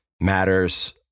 matters